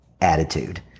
attitude